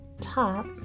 top